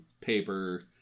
paper